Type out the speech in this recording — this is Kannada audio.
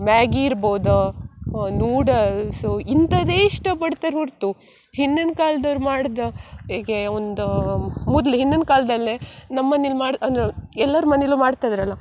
ಮ್ಯಾಗಿ ಇರ್ಬೋದು ನೂಡಲ್ಸು ಇಂಥದ್ದೇ ಇಷ್ಟಪಡ್ತಾರೆ ಹೊರತು ಹಿಂದಿನ ಕಾಲ್ದವ್ರು ಮಾಡಿದ ಈಗ ಒಂದು ಮೊದ್ಲು ಹಿಂದಿನ ಕಾಲ್ದಲ್ಲಿ ನಮ್ಮ ಮನೆಲಿ ಮಾಡಿ ಅಂದ್ರೆ ಎಲ್ಲರ ಮನೇಲ್ಲೂ ಮಾಡ್ತಾ ಇದ್ರಲ್ಲ